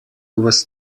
was